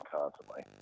constantly